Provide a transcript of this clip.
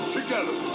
Together